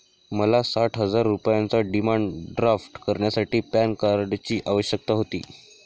मला साठ हजार रुपयांचा डिमांड ड्राफ्ट करण्यासाठी पॅन कार्डची आवश्यकता होती